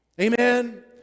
Amen